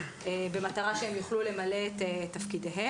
במטרה שהם יוכלו למלא את תפקידם.